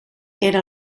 era